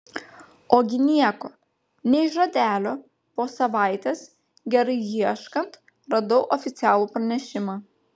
ogi nieko nei žodelio po savaitės gerai ieškant radau oficialų pranešimą